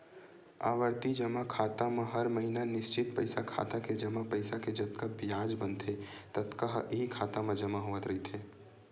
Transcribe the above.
आवरती जमा खाता म हर महिना निस्चित पइसा खाता के जमा पइसा के जतका बियाज बनथे ततका ह इहीं खाता म जमा होवत रहिथे